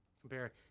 compare